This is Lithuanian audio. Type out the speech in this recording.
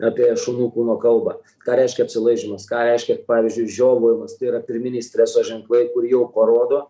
apie šunų kūno kalbą ką reiškia apsilaižymas ką reiškia pavyzdžiui žiovavimas tai yra pirminiai streso ženklai kur jau parodo